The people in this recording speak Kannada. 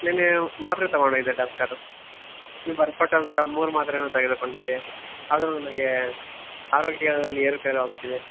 ನೆನ್ನೆ ಮಾತ್ರೆ ತೊಗೊಂಡಿದ್ದೆ ಡಾಕ್ಟರು ನೀವು ಬರ್ಕೊಟ್ಟಂಥ ಮೂರು ಮಾತ್ರೆಯೂ ತೆಗೆದುಕೊಂಡಿದ್ದೆ ಆದರೂ ನನಗೆ ಆರೋಗ್ಯದಲ್ಲಿ ಏರುಪೇರು ಆಗುತ್ತಿದೆ